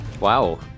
Wow